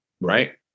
right